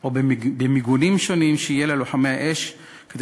או במיגונים שונים שיהיו ללוחמי האש כדי